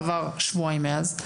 עברו שבועיים מאז,